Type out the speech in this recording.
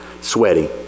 sweaty